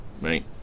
right